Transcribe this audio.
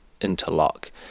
interlock